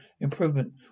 improvement